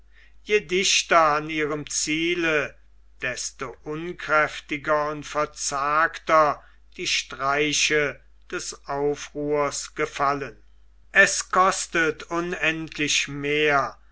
je dichter an ihrem ziele desto unkräftiger und verzagter die streiche des aufruhrs gefallen es kostet unendlich mehr